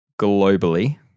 globally